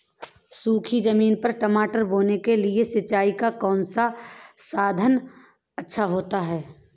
सूखी ज़मीन पर मटर बोने के लिए सिंचाई का कौन सा साधन अच्छा होता है?